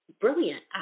brilliant